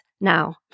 now